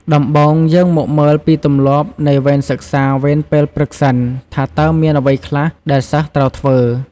ដំបូង យើងមកមើលពីទម្លាប់នៃវេនសិក្សាវេនពេលព្រឹកសិន ថាតើមានអ្វីខ្លះដែលសិស្សត្រូវធ្វើ។